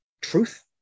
truth